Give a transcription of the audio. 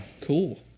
Cool